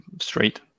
straight